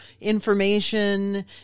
information